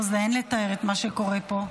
לא, אין לתאר מה שקורה פה.